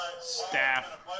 Staff